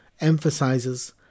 emphasizes